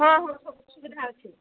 ହଁ ହଁ ସବୁ ସୁବିଧା ଅଛି